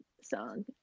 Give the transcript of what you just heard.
song